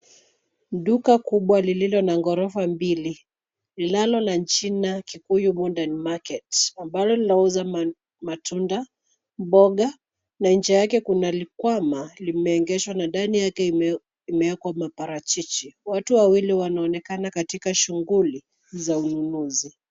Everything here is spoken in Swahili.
Duka kubwa lililo na ghorofa mbili linalo na jina cs[Kikuyu Modern Market]cs ambalo lauza matunda, mboga na nje yake kuna likwama limeegeshwa na ndani yake imewekwa maparachichi. Watu wawili wananonekana katika shuguli za ununuzi.